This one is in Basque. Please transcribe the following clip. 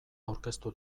aurkeztu